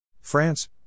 France